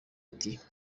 ati